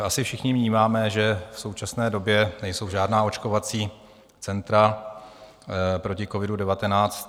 Asi všichni vnímáme, že v současné době nejsou žádná očkovací centra proti covidu19.